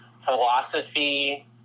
philosophy